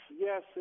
yes